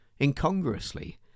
Incongruously